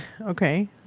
Okay